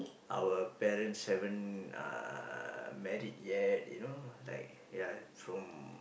our parents haven't uh married yet you know like yeah from